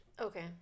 Okay